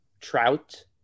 trout